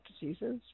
Diseases